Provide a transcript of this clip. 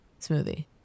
smoothie